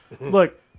Look